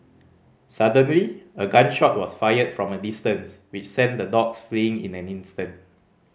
suddenly a gun shot was fired from a distance which sent the dogs fleeing in an instant